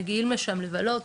מגיעים לשם לבלות,